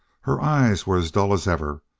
her eyes were as dull as ever,